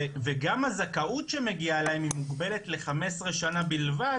וגם הזכאות שמגיעה להם מוגבלת ל-15 שנים בלבד,